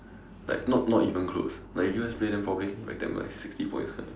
like not not even close like if U_S play then probably can wreck them by sixty points